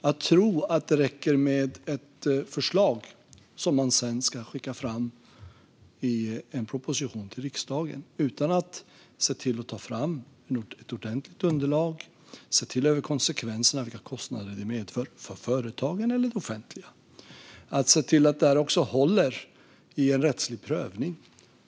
De tror att det räcker med ett förslag som man sedan ska skicka fram i en proposition till riksdagen utan att se till att ta fram ordentligt underlag, se över konsekvenserna och vilka kostnader det medför för företagen eller det offentliga och att se till att det håller i en rättslig prövning.